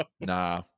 Nah